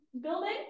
building